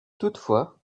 toutefois